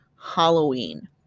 Halloween